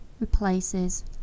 replaces